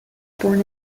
born